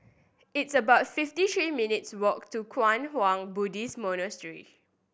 it's about fifty three minutes' walk to Kwang Hua Buddhist Monastery